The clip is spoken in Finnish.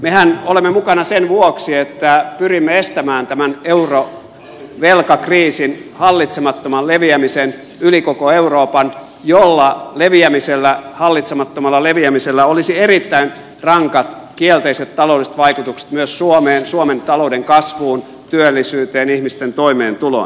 mehän olemme mukana sen vuoksi että pyrimme estämään tämän eurovelkakriisin hallitsemattoman leviämisen yli koko euroopan jolla leviämisellä hallitsemattomalla leviämisellä olisi erittäin rankat kielteiset taloudelliset vaikutukset myös suomeen suomen talouden kasvuun työllisyyteen ihmisten toimeentuloon